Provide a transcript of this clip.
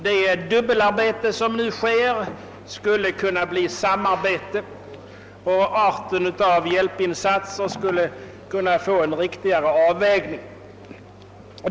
Det dubbelarbete som nu förekommer skulle kunna bli samarbete, och hjälpinsatserna av olika karaktär skulle kunna få en riktigare avvägning.